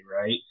right